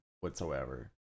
whatsoever